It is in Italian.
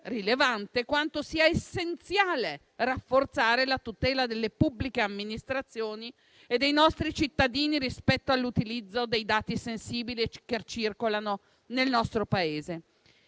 quanto sia essenziale rafforzare la tutela delle pubbliche amministrazioni e dei nostri cittadini rispetto all'utilizzo dei dati sensibili che circolano nel nostro Paese.